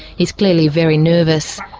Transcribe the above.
he is clearly very nervous.